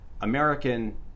American